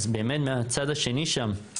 אז באמת מהצד השני שם,